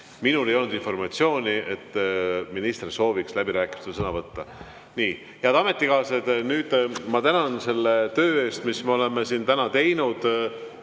Minul ei olnud informatsiooni, et minister soovib läbirääkimistel sõna võtta. Head ametikaaslased! Ma tänan selle töö eest, mis me oleme siin täna teinud.